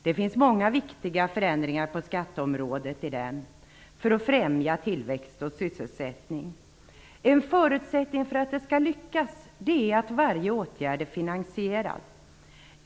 Det finns många viktiga förändringar på skatteområdet i den för att främja tillväxt och sysselsättning. En förutsättning för att det skall lyckas är att varje åtgärd är finansierad.